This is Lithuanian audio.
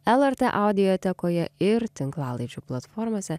lrt audiotekoje ir tinklalaidžių platformose